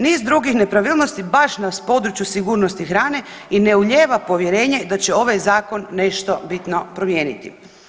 Niz drugih nepravilnosti baš na području sigurnosti hrane i ne ulijeva povjerenje da će ovaj zakon nešto bitno promijeniti.